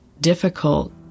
difficult